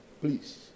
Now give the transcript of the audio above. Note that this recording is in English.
Please